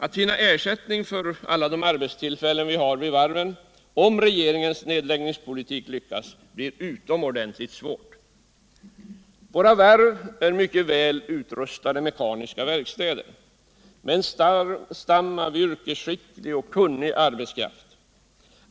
Att finna ersättning för dessa arbetstillfällen, om regeringens nedläggningspolitik lyckas, blir utomordentligt svårt. Våra varv är mycket väl utrustade mekaniska verkstäder med en stam av yrkesskicklig och kunnig arbetskraft.